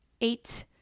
eight